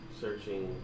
searching